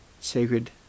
sacred